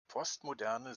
postmoderne